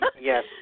Yes